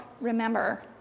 remember